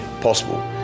possible